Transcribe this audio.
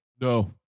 No